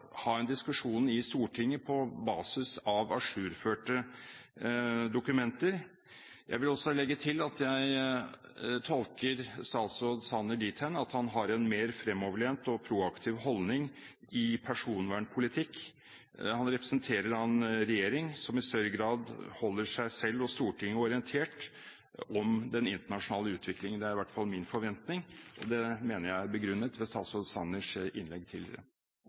ha en diskusjon i Stortinget på basis av ajourførte dokumenter. Jeg vil også legge til at jeg tolker statsråd Sanner dit hen at han har en mer fremoverlent og proaktiv holdning i personvernpolitikken. Han representerer en regjering som i større grad holder seg selv og Stortinget orientert om den internasjonale utviklingen. Det er i hvert fall min forventning, og det mener jeg er begrunnet ved statsråd Sanners innlegg tidligere.